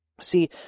See